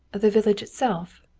the village itself?